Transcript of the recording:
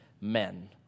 men